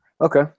okay